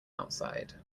outside